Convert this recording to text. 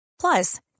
Plus